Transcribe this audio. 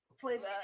playback